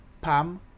Pam